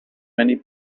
many